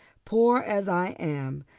poor as i am,